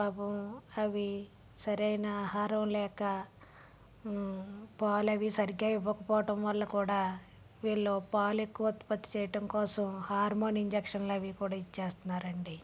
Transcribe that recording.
పాపం అవి సరైన ఆహారం లేక పాలవి సరిగ్గా ఇవ్వకపోవటం వల్ల కూడా వీళ్ళు పాలెక్కువ ఉత్పత్తి చేయటం కోసం హార్మోన్ ఇంజక్షన్లవి కూడా ఇచ్చేస్నారండి